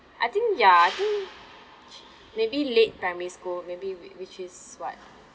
I think ya I think maybe late primary school maybe we which is what